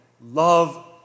love